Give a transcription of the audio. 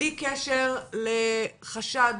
בלי קשר לחשד,